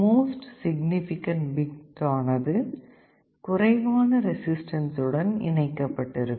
most significant bit ஆனது குறைவான resistance உடன் இணைக்கப்பட்டிருக்கும்